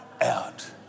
out